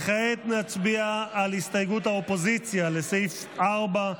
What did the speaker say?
כעת נצביע על הסתייגות של האופוזיציה לסעיף 4,